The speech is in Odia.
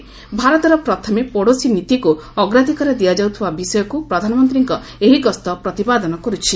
'ଭାରତର ପ୍ରଥମେ ପଡ଼ୋଶୀ ନୀତି'କୁ ଅଗ୍ରାଧିକାର ଦିଆଯାଉଥିବା ବିଷୟକୁ ପ୍ରଧାନମନ୍ତ୍ରୀଙ୍କ ଏହି ଗସ୍ତ ପ୍ରତିପାଦନ କରୁଛି